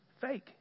fake